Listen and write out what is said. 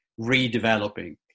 redeveloping